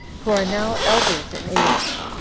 who are now elders in age,